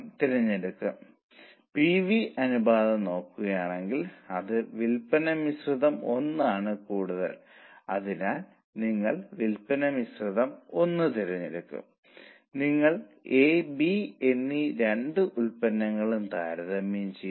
അതിനാൽ ചെലവ് വെട്ടിക്കുറയ്ക്കുകയും സംഭാവന വർദ്ധിക്കുകയും ചെയ്യുന്നു ഇപ്പോൾ നിങ്ങൾക്ക് സംഭാവന വർദ്ധിച്ചതായി കാണാം നിങ്ങൾ കൂടുതൽ ലാഭം നേടുന്നുണ്ടെങ്കിലും സ്ഥിരമായ ചിലവിൽ വർദ്ധനവ് ഉണ്ട്